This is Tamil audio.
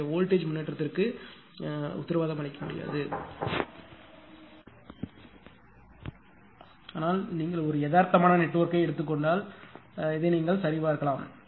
எனவே வோல்டேஜ் முன்னேற்றத்திற்கு என்னால் உத்தரவாதம் அளிக்க முடியாது ஆனால் நீங்கள் ஒரு யதார்த்தமான நெட்வொர்க்கை எடுத்துக் கொண்டால் இதை நீங்கள் சரிபார்க்கலாம்